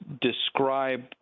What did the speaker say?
describe